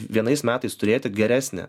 vienais metais turėti geresnį